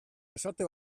esate